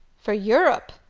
for europe?